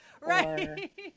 Right